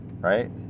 right